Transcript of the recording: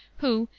who,